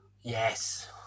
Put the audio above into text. Yes